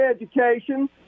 education